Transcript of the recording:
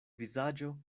vizaĝo